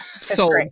Sold